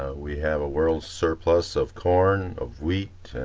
we have a world surplus of corn, of wheat,